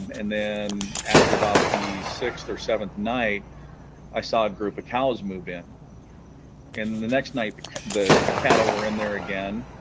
and then after about the sixth or seventh night i saw a group of cows move in and the next night but the cattle were in there again